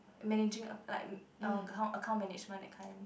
managing uh like acco~ account account management that kind